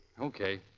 okay